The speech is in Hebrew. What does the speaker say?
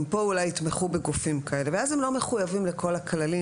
גם פה אולי יתמכו בגופים כאלה ואז הם לא מחויבים לכל הכללים